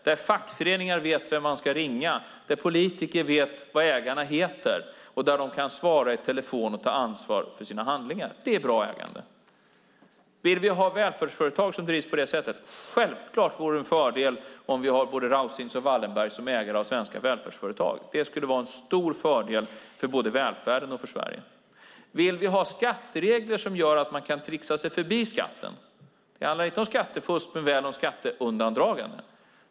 Där vet fackföreningar vem man ska ringa, politiker vet vad ägarna heter, och ägarna kan svara i telefon och ta ansvar för sina handlingar. Det är bra ägande. Vill vi ha välfärdsföretag som drivs på det sättet? Självklart vore det en fördel om vi hade både Rausings och Wallenbergs som ägare av svenska välfärdsföretag. Det skulle vara en stor fördel för både välfärden och Sverige. Vill vi ha skatteregler som gör att man kan tricksa sig förbi skatten - det handlar inte om skattefusk men väl om skatteundandragande?